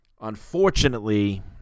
Unfortunately